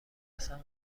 اصلا